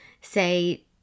say